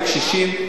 לקשישים,